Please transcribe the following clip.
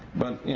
but,